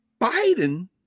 Biden